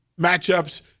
matchups